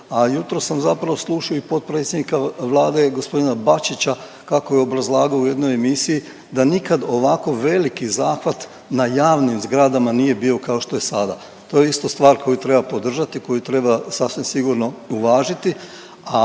A jutros sam zapravo slušao i potpredsjednika Vlade g. Bačića kako je obrazlagao u jednoj emisiji da nikad ovako veliki zahvat na javnim zgradama bio kao što je sada, to je isto stvar koju treba podržati koju treba sasvim sigurno uvažiti.